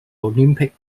olympic